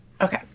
Okay